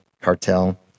Cartel